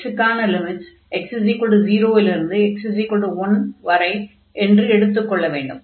x க்கான limits x 0 இலிருந்து x 1 வரை என்று எடுத்துக் கொள்ள வேண்டும்